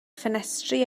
ffenestri